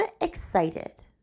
excited